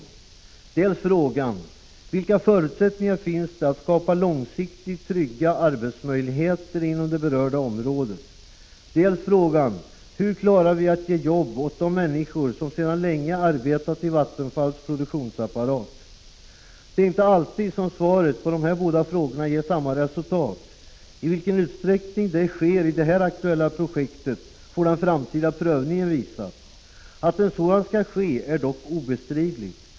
Det är dels frågan ”Vilka förutsättningar finns det för att skapa långsiktigt trygga arbetsmöjligheter inom det berörda området?” , dels frågan ”Hur kan vi ge jobb åt de människor som sedan länge arbetat i Vattenfalls produktions 181 apparat?” Det är inte alltid som svaret på de båda frågorna ger samma resultat. I 17 december 1985 vilken utsträckning det sker i det aktuella projektet får den framtida Att en sådan prövning skall ske är dock obestridligt.